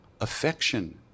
Affection